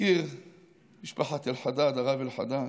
נזכיר את משפחת אלחדד, הרב אלחדד.